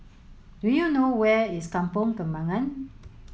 do you know where is Kampong Kembangan